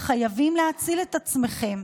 חייבים להציל את עצמכם.